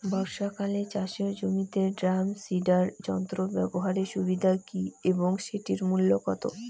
বর্ষাকালে চাষের জমিতে ড্রাম সিডার যন্ত্র ব্যবহারের সুবিধা কী এবং সেটির মূল্য কত?